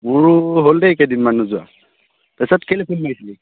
মোৰ হ'ল দেই কেইদিনমান নোযোৱা তা পিছত কেলেই ফোন মাৰিছিলি